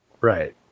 Right